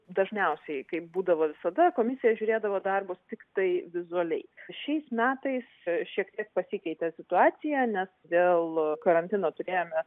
dažniausiai kaip būdavo visada komisija žiūrėdavo darbus tiktai vizualiai šiais metais šiek tiek pasikeitė situacija nes dėl karantino turėjome